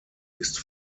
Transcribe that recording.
ist